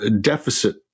deficit